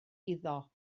iddo